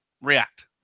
React